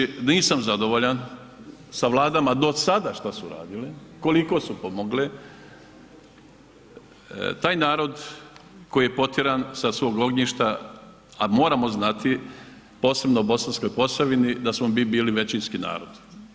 Moram istinu reći, nisam zadovoljan sa Vladama do sada šta su radile, koliko su pomogle, taj na rod koji je potjeran sa svog ognjišta a moramo znati, posebno u Bosanskoj Posavini, da smo mi bili većinski narod.